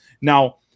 Now